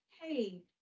hey